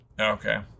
Okay